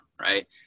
right